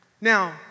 Now